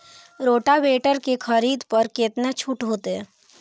Rotavator के खरीद पर केतना छूट होते?